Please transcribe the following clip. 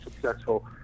successful